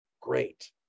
Great